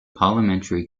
parliamentary